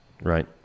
right